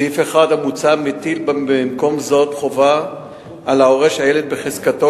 סעיף 1 המוצע מטיל במקום זאת חובה על ההורה שהילד בחזקתו